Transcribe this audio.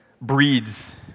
breeds